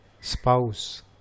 spouse